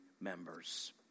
members